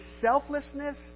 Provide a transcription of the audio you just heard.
selflessness